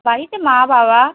বাড়িতে মা বাবা